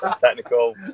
technical